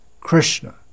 Krishna